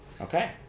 Okay